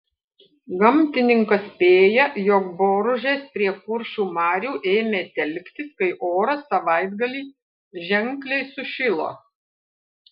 gamtininkas spėja jog boružės prie kuršių marių ėmė telktis kai oras savaitgalį ženkliai sušilo